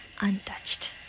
untouched